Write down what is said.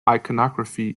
iconography